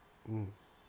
mm